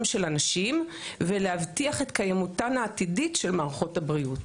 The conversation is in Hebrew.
של אנשים ולהבטיח את קיימותן העתידית של מערכות הבריאות,